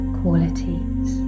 qualities